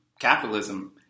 capitalism